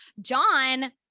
John